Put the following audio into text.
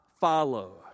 follow